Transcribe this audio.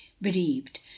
bereaved